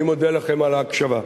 אני מודה לכם על ההקשבה.